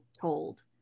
told